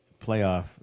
playoff